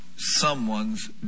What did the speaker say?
someone's